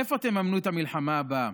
מאיפה תממנו את המלחמה הבאה,